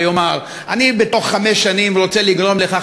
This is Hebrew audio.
ויאמר: בתוך חמש שנים אני רוצה לגרום לכך